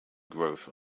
growth